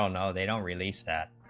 you know they'll release that